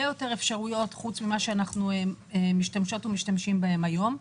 יותר אפשרויות חוץ ממה שאנחנו משתמשות ומשתמשים היום.